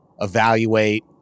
evaluate